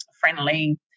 friendly